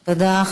תודה.